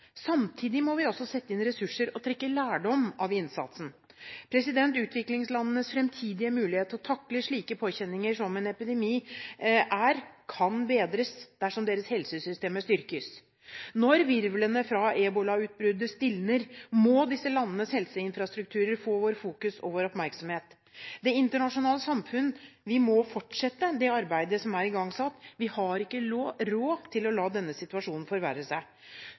Samtidig må vi også sette inn ressurser og trekke lærdom av innsatsen. Utviklingslandenes fremtidige muligheter til å takle slike påkjenninger som en epidemi er, kan bedres dersom deres helsesystemer styrkes. Når virvlene fra ebolautbruddet stilner, må disse landenes helseinfrastrukturer få vårt fokus og vår oppmerksomhet. Det internasjonale samfunn må fortsette det arbeidet som er igangsatt. Vi har ikke råd til å la denne situasjonen forverre seg.